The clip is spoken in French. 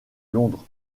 londres